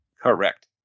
Correct